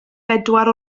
bedwar